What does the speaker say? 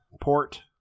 port